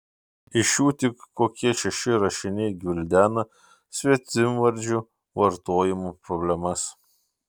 iš jų tik kokie šeši rašiniai gvildena svetimvardžių vartojimo problemas